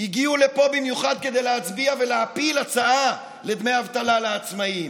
הגיעו לפה במיוחד כדי להצביע ולהפיל הצעה לדמי אבטלה לעצמאים.